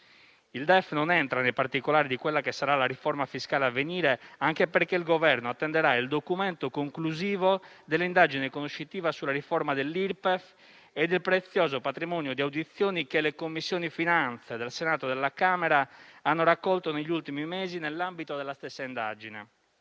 Il DEF non entra nei particolari di quella che sarà la riforma fiscale a venire, anche perché il Governo attenderà il documento conclusivo dell'indagine conoscitiva sulla riforma dell'Irpef e il prezioso patrimonio di audizioni che le Commissioni congiunte finanze del Senato e della Camera hanno raccolto negli ultimi mesi nell'ambito della stessa indagine.